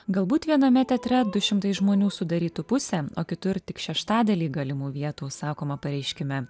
galbūt viename teatre du šimtai žmonių sudarytų pusę o kitur tik šeštadalį galimų vietų sakoma pareiškime